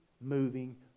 moving